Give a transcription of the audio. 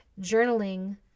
journaling